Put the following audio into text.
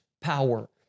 power